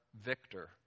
Victor